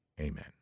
Amen